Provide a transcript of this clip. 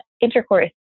intercourse